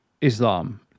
Islam